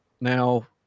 Now